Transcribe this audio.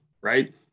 Right